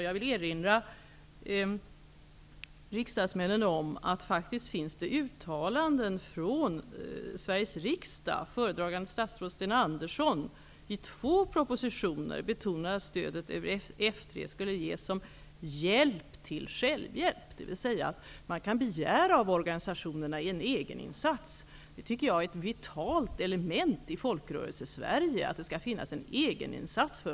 Jag vill erinra riksdagsmännen om att det finns uttalanden från Sveriges riksdag. Tidigare föredragande statsrådet Sten Andersson har i två propositioner betonat att stödet ur F 3 anslaget skall ges som hjälp till självhjälp, dvs. man skall kunna begära av organisationerna att de gör en egeninsats. Jag tycker att det är ett vitalt element i Folkrörelsesverige att organisationerna skall göra en egeninsats.